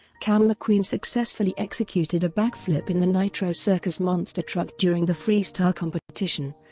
cam mcqueen successfully executed a backflip in the nitro circus monster truck during the freestyle competition,